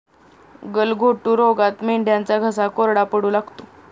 गलघोटू रोगात मेंढ्यांचा घसा कोरडा पडू लागतो